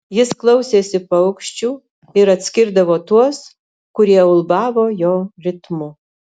jis klausėsi paukščių ir atskirdavo tuos kurie ulbavo jo ritmu